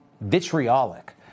vitriolic